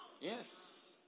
Yes